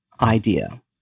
idea